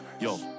Yo